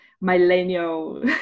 millennial